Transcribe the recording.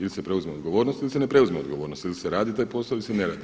Ili se preuzme odgovornost ili se ne preuzme odgovornost ili se radi taj posao ili se ne radi.